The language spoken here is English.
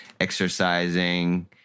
exercising